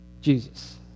Jesus